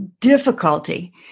difficulty